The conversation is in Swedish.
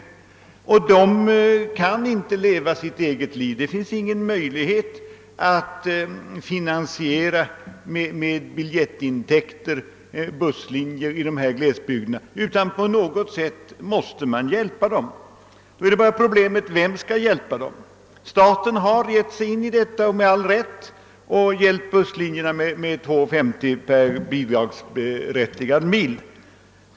Men transportmedlen kan inte leva sitt eget liv; det finns inte möjlighet att med biljettintäkter finansiera busslinjer i dessa glesbygder. På något sätt måste man hjälpa busslinjerna, och problemet är nu vem som skall göra det. Staten har givit sig in på detta — med all rätt — och lämnat busslinjerna ett belopp av 2:50 per bidragsberättigad mil.